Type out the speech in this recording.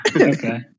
Okay